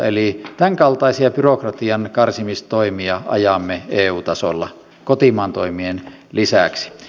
eli tämän kaltaisia byrokratian karsimistoimia ajamme eu tasolla kotimaan toimien lisäksi